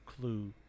clue